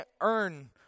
earn